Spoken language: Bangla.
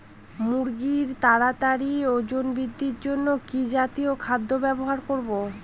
মুরগীর তাড়াতাড়ি ওজন বৃদ্ধির জন্য কি জাতীয় খাদ্য ব্যবহার করব?